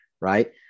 Right